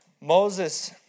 Moses